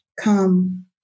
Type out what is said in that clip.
come